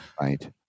Right